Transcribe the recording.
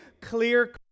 clear